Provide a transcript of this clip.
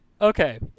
okay